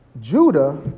Judah